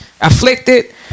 afflicted